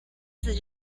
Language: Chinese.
自治